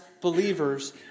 believers